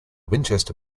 winchester